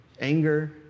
anger